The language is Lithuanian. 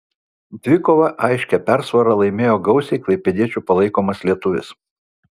dvikovą aiškia persvara laimėjo gausiai klaipėdiečių palaikomas lietuvis